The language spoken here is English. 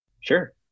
sure